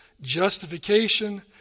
Justification